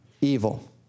evil